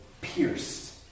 pierced